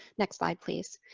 next slide please.